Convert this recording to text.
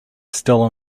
still